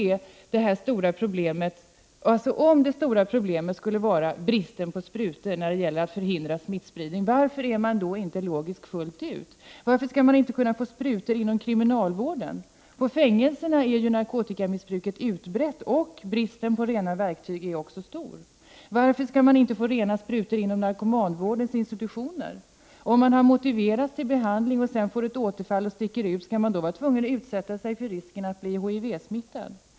Om det stora problemet när det gäller att förhindra smittspridning skulle vara bristen på sprutor, varför är man då inte, logisk fullt ut? Varför skall det inte gå att få sprutor inom kriminalvården? På fängelserna är ju narkotikamissbruket utbrett, och bristen på rena verktyg är också stor. Varför skall man inte få rena sprutor inom narkomanvårdens institutioner? Om man har motiverats till behandling men sedan får ett återfall och sticker ut, skall man då vara tvungen att utsätta sig för risken att bli HIV-smittad?